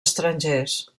estrangers